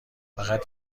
فقط